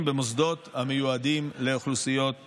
במוסדות המיועדים לאוכלוסיות פגיעות.